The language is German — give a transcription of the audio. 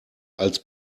als